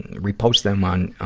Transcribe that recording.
repost them on, on,